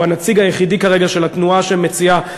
הוא הנציג היחידי כרגע של התנועה שמציעה,